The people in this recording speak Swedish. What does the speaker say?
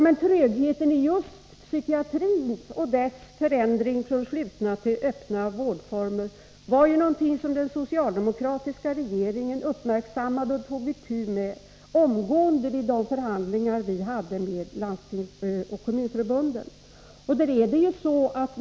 Men trögheten i just psykiatrins förändring från slutna till öppna vårdformer var någonting som den socialdemokratiska regeringen uppmärksammade och tog itu med omgående vid de förhandlingar som vi förde med Landstingsförbundet och Kommunförbundet.